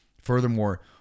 Furthermore